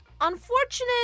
unfortunate